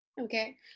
Okay